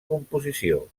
composició